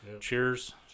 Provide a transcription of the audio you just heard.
Cheers